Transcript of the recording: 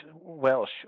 Welsh